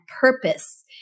purpose